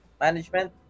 management